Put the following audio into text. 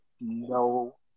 No